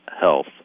health